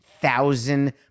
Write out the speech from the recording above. thousand